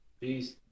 peace